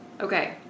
Okay